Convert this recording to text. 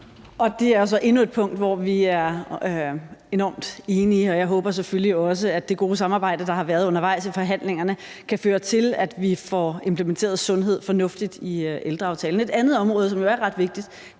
Det er jo så endnu et punkt, hvor vi er enormt enige, og jeg håber selvfølgelig også, at det gode samarbejde, der har været undervejs i forhandlingerne, kan føre til, at vi får implementeret sundhed fornuftigt i ældreaftalen. Et andet område, som jo er ret vigtigt,